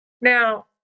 Now